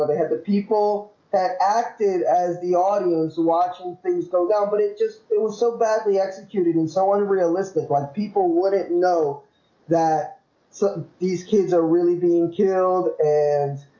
ah had the people that acted as the audience watching things go down but it just it was so badly executed and so unrealistic what people wouldn't know that so these kids are really being killed and